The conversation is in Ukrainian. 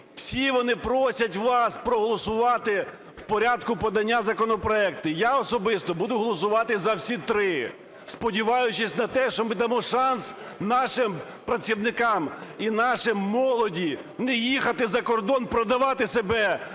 Всі вони просять вас проголосувати в порядку подання законопроекти. Я особисто буду голосувати за всі три, сподіваючись на те, що ми дамо шанс нашим працівникам і нашій молоді не їхати закордон продавати себе